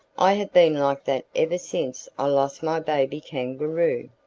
i have been like that ever since i lost my baby kangaroo.